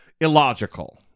illogical